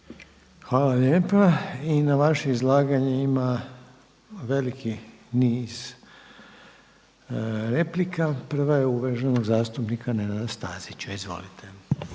Hvala lijepa. I na vaše izlaganje ima veliki niz replika. Prva je uvaženog zastupnika Nenada Stazića. Izvolite.